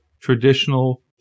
traditional